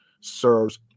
serves